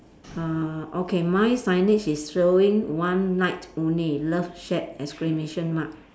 uh okay my signage is showing one night only love shack exclamation mark